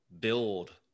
build